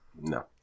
No